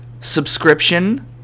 subscription